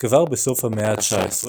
כבר בסוף המאה ה-19.